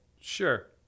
Sure